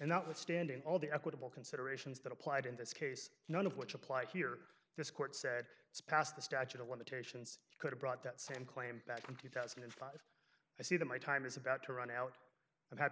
and notwithstanding all the equitable considerations that applied in this case none of which apply here this court said it's past the statute of limitations could've brought that same claim back in two thousand and five i see that my time is about to run out i'm happy